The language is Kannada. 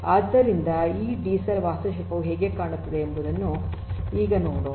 ಆದ್ದರಿಂದ ಈ ಡಿಸೆಲ್ ವಾಸ್ತುಶಿಲ್ಪವು ಹೇಗೆ ಕಾಣುತ್ತದೆ ಎಂಬುದನ್ನು ಈಗ ನೋಡೋಣ